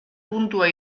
puntua